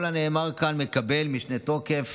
כל הנאמר כאן מקבל משנה תוקף